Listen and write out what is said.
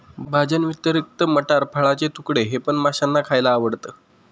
भाज्यांव्यतिरिक्त मटार, फळाचे तुकडे हे पण माशांना खायला आवडतं